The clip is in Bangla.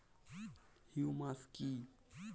হিউমাস কি?